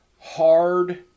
hard